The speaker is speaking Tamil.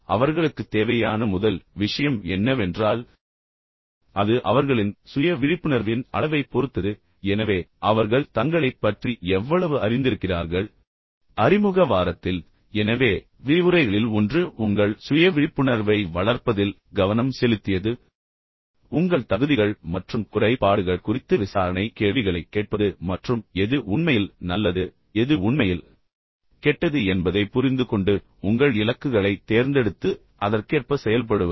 அவர்களுக்குத் தேவையான முதல் விஷயம் என்னவென்றால் அது அவர்களின் சுய விழிப்புணர்வின் அளவைப் பொறுத்தது எனவே அவர்கள் தங்களைப் பற்றி எவ்வளவு அறிந்திருக்கிறார்கள் அறிமுக வாரத்தில் எனவே விரிவுரைகளில் ஒன்று உங்கள் சுய விழிப்புணர்வை வளர்ப்பதில் கவனம் செலுத்தியது உங்கள் தகுதிகள் மற்றும் குறைபாடுகள் குறித்து விசாரணை கேள்விகளைக் கேட்பது மற்றும் எது உண்மையில் நல்லது எது உண்மையில் கெட்டது என்பதைப் புரிந்துகொண்டு உங்கள் இலக்குகளைத் தேர்ந்தெடுத்து அதற்கேற்ப செயல்படுவது